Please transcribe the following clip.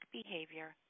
behavior